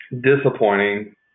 Disappointing